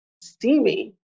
steamy